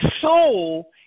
soul